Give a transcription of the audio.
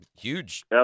Huge